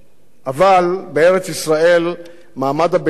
אבל בארץ-ישראל מעמד הביניים כבר לא